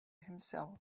himself